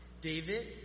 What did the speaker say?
David